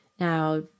Now